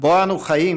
שבו אנחנו חיים